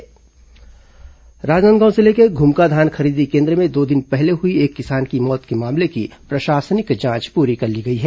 किसान मौत जांच राजनांदगांव जिले के घुमका धान खरीदी केन्द्र में दो दिन पहले हुई एक किसान की मौत के मामले की प्रशासनिक जांच पूरी कर ली गई है